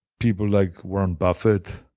people like warren buffet,